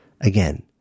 Again